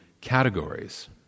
categories